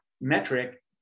metric